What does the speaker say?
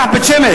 ניקח את בית-שמש,